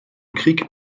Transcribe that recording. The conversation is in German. krieg